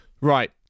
Right